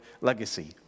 legacy